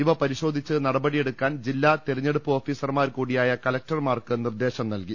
ഇവ പരിശോധിച്ച് നടപടിയെടുക്കാൻ ജില്ലാ തെരഞ്ഞെടുപ്പ് ഓഫീ സർമാർകൂടിയായ കലക്ടർമാർക്ക് നിർദ്ദേശം നൽകി